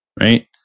right